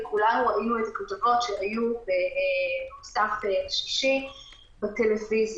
וכולנו ראינו את הכתבות שהיו במוסף שישי בטלוויזיה.